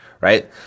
right